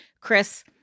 Chris